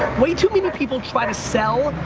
way too many people try to sell,